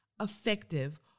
effective